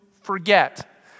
forget